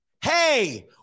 Hey